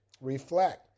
Reflect